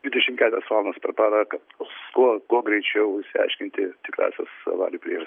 dvidešim keturias valandas per parą kad kuo kuo greičiau išsiaiškinti tikrąsias avarijų priežastis